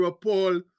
Paul